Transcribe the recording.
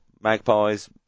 magpies